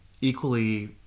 equally